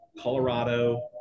colorado